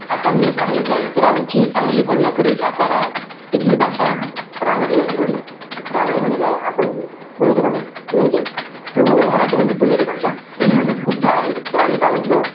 आता मी सांगलीचा आहे तर आमची सांगली कोल्हापुरी सातारा इथली भाषा रांगडी आहे थोडी रांगडी म्हणजे काय आपण पुणेरी भाषा म्हणजे प्युअर मराठी म्हणजे पुणेरी भाषा त्यानी म्हणतात कुठं आहेस आम्ही काय म्हणतो